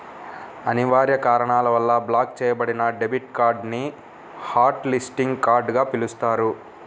అనివార్య కారణాల వల్ల బ్లాక్ చెయ్యబడిన డెబిట్ కార్డ్ ని హాట్ లిస్టింగ్ కార్డ్ గా పిలుస్తారు